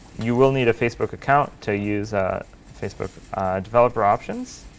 you will need a facebook account to use facebook developer options.